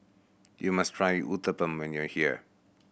you must try Uthapam when you are here